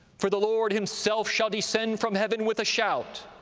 for the lord himself shall descend from heaven with a shout,